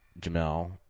Jamel